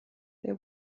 they